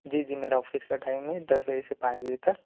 जी जी मेरा ऑफ़िस का टाइम है दस बजे से पाँच बजे तक